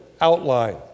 outline